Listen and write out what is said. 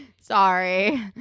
sorry